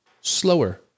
slower